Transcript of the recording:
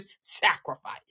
sacrifice